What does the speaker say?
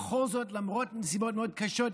למרות נסיבות מאוד קשות,